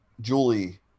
Julie